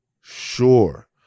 sure